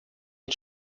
und